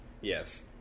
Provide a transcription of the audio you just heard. Yes